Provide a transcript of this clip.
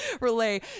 relay